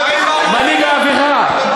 מנהיג ההפיכה.